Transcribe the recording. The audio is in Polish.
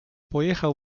pojechał